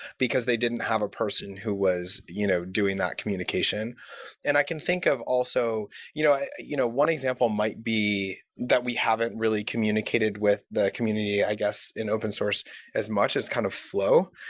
because they didn't have a person who was you know doing that communication and i can think of also you know you know one example might be that we haven't really communicated with the community, i guess, in open-source as much as kind of flow,